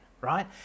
right